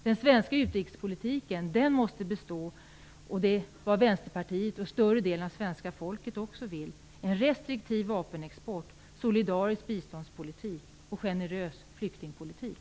Den svenska utrikespolitiken måste bestå - det är vad Vänsterpartiet och större delen av svenska folket också vill - av en restriktiv vapenexport, solidarisk biståndspolitik och generös flyktingpolitik.